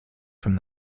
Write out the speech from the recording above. from